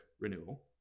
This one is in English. renewal